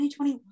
2021